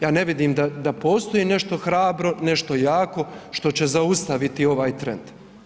Ja ne vidim da postoji nešto hrabro, nešto jako što će zaustaviti ovaj trend.